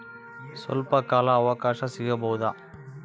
ಸ್ವಲ್ಪ ಕಾಲ ಅವಕಾಶ ಸಿಗಬಹುದಾ?